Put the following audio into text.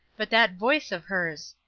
but that voice of hers!